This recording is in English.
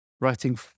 writing